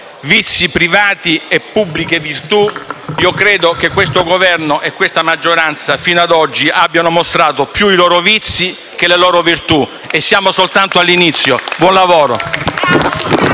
«Vizi privati, pubbliche virtù», credo che questo Governo e questa maggioranza fino ad oggi abbiano mostrato più i loro vizi che le loro virtù e siamo soltanto all'inizio. Buon lavoro.